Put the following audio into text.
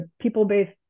people-based